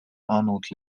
arnold